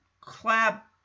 clap